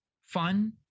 fun